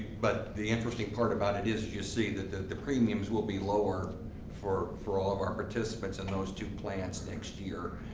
but the interesting point about it is, as you'll see, the the premiums will be lower for for all of our participants in those two plans next year.